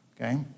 Okay